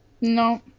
No